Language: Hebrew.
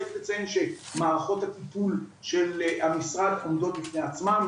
צריך לציין שמערכות הטיפול של המשרד עומדות בפני עצמן.